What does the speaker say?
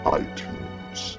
iTunes